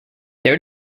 their